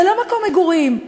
זה לא מקום מגורים,